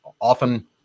often